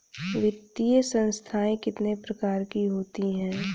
वित्तीय संस्थाएं कितने प्रकार की होती हैं?